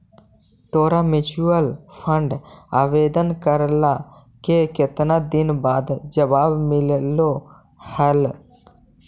तोरा mutual fund आवेदन करला के केतना दिन बाद जवाब मिललो हल?